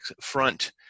front